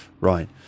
right